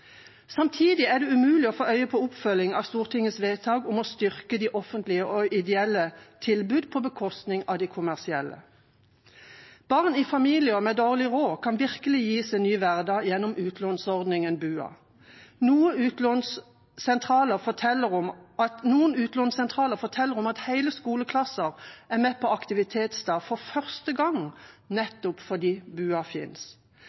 Samtidig er det umulig å få øye på oppfølging av Stortingets vedtak om å styrke de offentlige og ideelle tilbudene på bekostning av de kommersielle. Barn i familier med dårlig råd kan virkelig gis en ny hverdag gjennom utlånsordningen BUA. Noen utlånssentraler forteller at hele skoleklasser er med på aktivitetsdag for første gang, nettopp fordi BUA finnes.